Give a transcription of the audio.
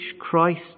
Christ